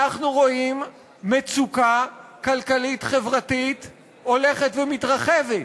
אנחנו רואים מצוקה כלכלית-חברתית הולכת ומתרחבת.